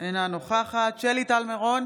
אינה נוכחת שלי טל מירון,